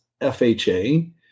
FHA